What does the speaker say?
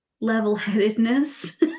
level-headedness